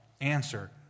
answer